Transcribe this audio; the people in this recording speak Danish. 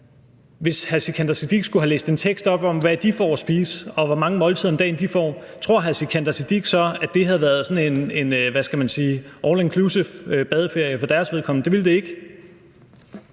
Hvis hr. Sikandar Siddique skulle have læst en tekst op om, hvad de får at spise, og hvor mange måltider om dagen de får, tror hr. Sikandar Siddique så, at det havde handlet om sådan en – hvad skal man sige – all inclusive-badeferie for deres vedkommende? Det havde det ikke.